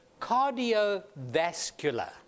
cardiovascular